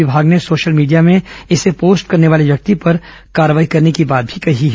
विमाग ने social media में इसे पोस्ट करने वाले व्यक्ति पर कार्रवाई करने की बात कही है